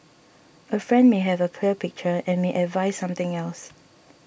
a friend may have a clear picture and may advise something else